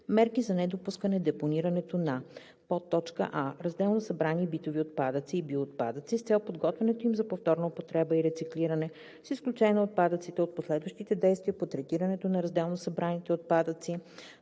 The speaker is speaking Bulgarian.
мерки за недопускане депонирането на: а) разделно събрани битови отпадъци и биоотпадъци, с цел подготвянето им за повторна употреба и рециклиране, с изключение на отпадъците от последващите действия по третирането на разделно събраните отпадъци,